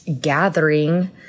gathering